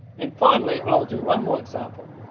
and finally i'll do one more example.